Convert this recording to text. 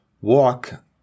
walk